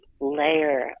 layer